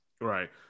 Right